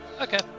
Okay